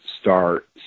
start